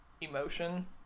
emotion